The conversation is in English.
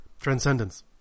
Transcendence